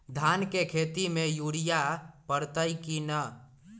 धान के खेती में यूरिया परतइ कि न?